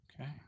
Okay